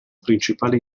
principale